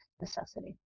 necessity